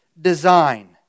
design